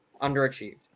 underachieved